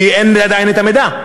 כי אין בינתיים המידע: